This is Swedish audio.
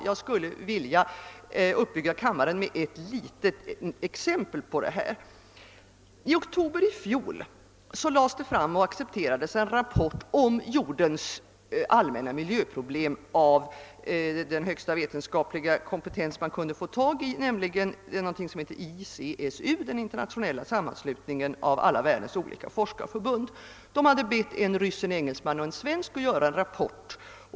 Jag skulle vilja uppbygga kammaren med ett litet exempel på detta. I oktober i fjol framlades och accep :erades en rapport om jordens allmänna niljöproblem av den högsta vetenskapliga kompetens man kan få tag i. Det är någonting som heter ICSU, en internationell sammanslutning av alla världens olika forskarförbund. Den hade bett en ryss, en engelsman och en svensk att göra en rapport.